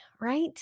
right